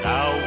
Now